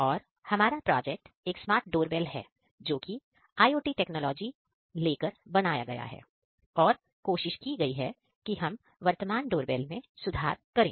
और हमारा प्रोजेक्ट एक स्मार्ट डोरबेल है जो की IOT टेक्नोलॉजी लेकर बनाया गया है और कोशिश की गई है कि हम वर्तमान डोरबेल में सुधार करें